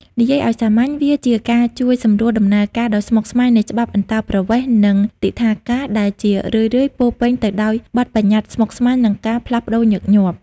និយាយឱ្យសាមញ្ញ វាជាការជួយសម្រួលដំណើរការដ៏ស្មុគស្មាញនៃច្បាប់អន្តោប្រវេសន៍ និងទិដ្ឋាការ ដែលជារឿយៗពោរពេញទៅដោយបទប្បញ្ញត្តិស្មុគស្មាញ និងការផ្លាស់ប្តូរញឹកញាប់។